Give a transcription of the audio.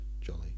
jolly